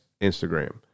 Instagram